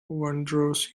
wondrous